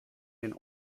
den